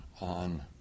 on